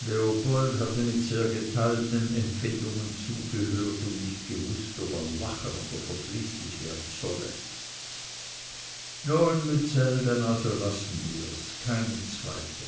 leopold hatte mit sehr geteilten empfindungen zugehört und nicht gewußt ob er lachen oder verdrießlich werden solle nun mützell dann also lassen wir's keine zweite